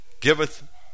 giveth